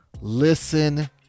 listen